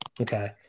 Okay